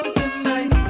tonight